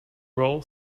roll